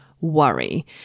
worry